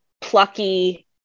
plucky